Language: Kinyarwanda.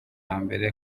mbere